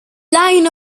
line